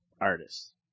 artists